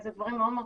אלה דברים מאוד מאוד